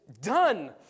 done